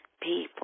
people